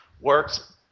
works